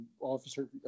Officer